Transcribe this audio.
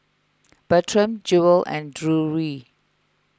Bertram Jewell and Drury